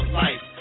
life